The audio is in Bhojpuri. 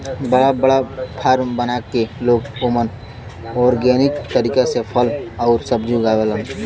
बड़ा बड़ा फार्म बना के लोग ओमन ऑर्गेनिक तरीका से फल आउर सब्जी उगावलन